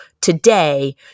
today